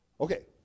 Okay